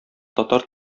татар